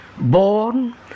born